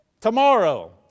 tomorrow